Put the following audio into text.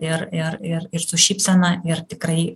ir ir ir ir su šypsena ir tikrai